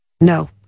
No